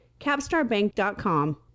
capstarbank.com